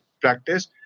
practice